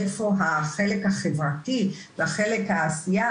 איפה החלק החברתי והחלק של העשייה,